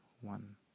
one